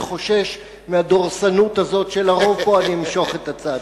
אני חושש מהדורסנות של הרוב שיש פה ואני אמשוך את הצעתי.